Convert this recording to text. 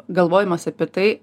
galvojimas apie tai